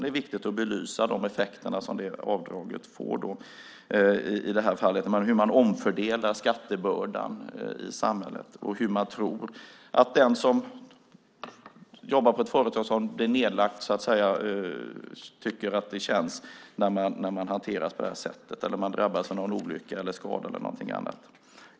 Det är viktigt att belysa de effekter som dessa avdrag får, hur man i det här fallet omfördelar skattebördan i samhället och hur man tror att den som jobbar på ett företag som blir nedlagt tycker att det känns att bli hanterad på det här sättet, eller om man drabbas av en olycka, en skada eller något annat.